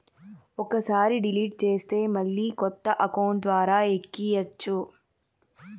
ఒక్కసారి డిలీట్ చేస్తే మళ్ళీ కొత్త అకౌంట్ ద్వారా ఎక్కియ్యచ్చు